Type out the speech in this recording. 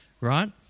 right